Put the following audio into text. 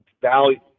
value